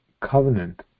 covenant